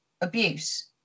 abuse